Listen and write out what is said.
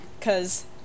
Cause